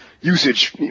usage